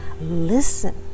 listen